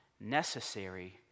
necessary